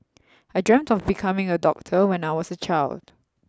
I dreamt of becoming a doctor when I was a child